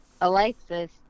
Alexis